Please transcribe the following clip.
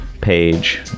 page